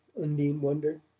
undine wondered.